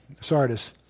Sardis